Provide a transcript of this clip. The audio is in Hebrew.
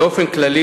באופן כללי,